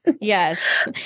Yes